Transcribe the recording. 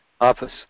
office